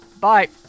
Bye